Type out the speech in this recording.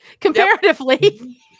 Comparatively